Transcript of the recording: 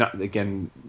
again